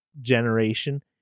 generation